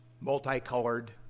multicolored